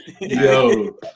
Yo